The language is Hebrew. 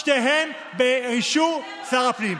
לא, לא, שניהם באישור שר הפנים.